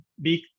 big